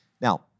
Now